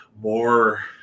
more –